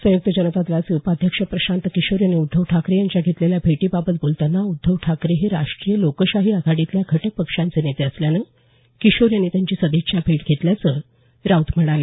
संयुक्त जनता दलाचे उपाध्यक्ष प्रशांत किशोर यांनी उद्धव ठाकरे यांच्या घेतलेल्या भेटीबाबत बोलतांना उद्धव ठाकरे हे राष्ट्रीय लोकशाही आघाडीतल्या घटक पक्षांचे नेते असल्यानं किशोर यांनी त्यांची सदिच्छा भेट घेतल्याचं राऊत म्हणाले